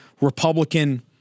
Republican